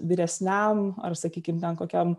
vyresniam ar sakykim ten kokiam